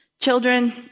Children